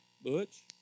butch